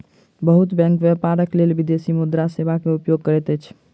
बहुत बैंक व्यापारक लेल विदेशी मुद्रा सेवा के उपयोग करैत अछि